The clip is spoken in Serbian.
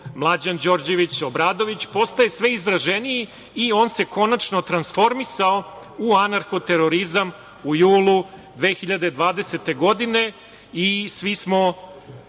Mlađan Đorđević, Obradović, postaje sve izraženiji i on se konačno transformisao u anarho terorizam u julu 2020. godine i svi smo